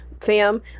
fam